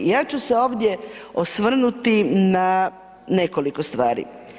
Ja ću se ovdje osvrnuti na nekoliko stvari.